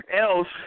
else